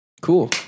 Cool